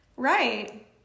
Right